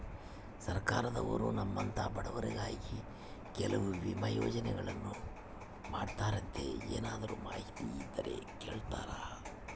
ಸರ್ಕಾರದವರು ನಮ್ಮಂಥ ಬಡವರಿಗಾಗಿ ಕೆಲವು ವಿಮಾ ಯೋಜನೆಗಳನ್ನ ಮಾಡ್ತಾರಂತೆ ಏನಾದರೂ ಮಾಹಿತಿ ಇದ್ದರೆ ಹೇಳ್ತೇರಾ?